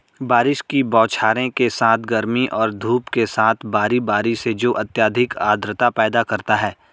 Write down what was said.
बारिश की बौछारों के साथ गर्मी और धूप के साथ बारी बारी से जो अत्यधिक आर्द्रता पैदा करता है